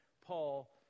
Paul